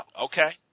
Okay